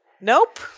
nope